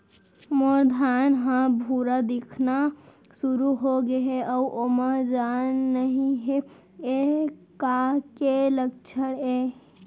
मोर धान ह भूरा दिखना शुरू होगे हे अऊ ओमा जान नही हे ये का के लक्षण ये?